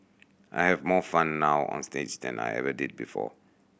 I have more fun now onstage than I ever did before